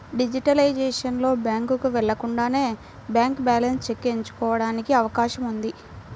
digitalisation లో, బ్యాంకుకు వెళ్లకుండానే బ్యాంక్ బ్యాలెన్స్ చెక్ ఎంచుకోవడానికి అవకాశం ఉంది